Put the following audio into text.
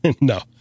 No